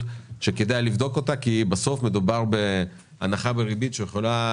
שכדאי לבדוק אותה כי מדובר בהנחה בריבית שיכולה